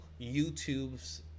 YouTube's